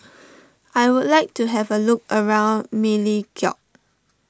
I would like to have a look around Melekeok